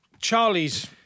Charlie's